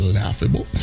laughable